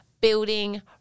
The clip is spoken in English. building